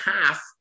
half